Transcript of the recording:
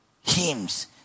Hymns